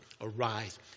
arise